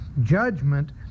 judgment